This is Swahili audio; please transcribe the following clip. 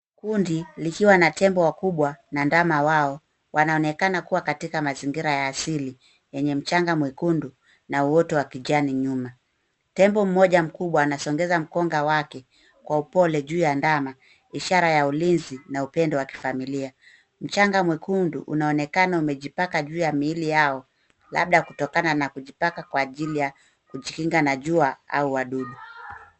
Kundi likiwa na tembo wakubwa na ndama wao. Wanaonekana kuwa katika mazingira ya asili yenye mchanga mwekundu na uoto wa kijani nyuma. Tembo mmoja mkubwa anasongeza mkonga wake kwa upole juu ya ndama ishara ya ulinzi na upendo wa kifamilia. Mchanga mwekundu unaonekana umejipaka juu ya miili yao labda kutokana na kujipaka kwa ajili ya kujikinga na jua au wadudu.